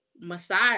massage